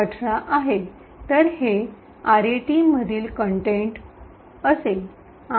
तर हे आरईटी मधील कंटेंट असेल